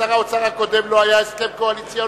לשר האוצר הקודם לא היה הסכם קואליציוני,